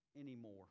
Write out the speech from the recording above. anymore